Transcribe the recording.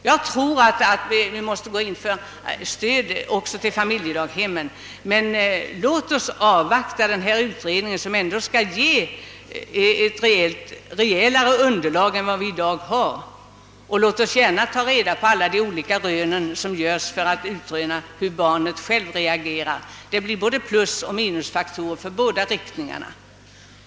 Jag tror att vi måste gå in för stöd även till familjedaghemmen, men låt oss avvakta resultatet av utredningen, som bör ge ett mera rejält underlag än vad vi har i dag, och låt oss ta vara på alla de olika rön som görs, så att vi får veta hur barnet reagerar! Det blir både plusoch minuspoäng för båda riktningarna.